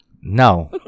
No